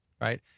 right